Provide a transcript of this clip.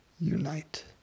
unite